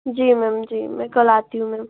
जी ma'am जी मैं कल आती हूँ मैम